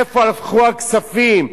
לאן הלכו הכספים?